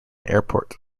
airport